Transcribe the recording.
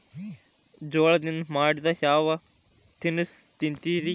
ಜೋಳದಿಂದ ಮಾಡಿದ ಯಾವ್ ಯಾವ್ ತಿನಸು ತಿಂತಿರಿ?